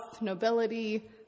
nobility